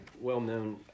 well-known